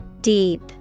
Deep